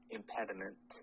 impediment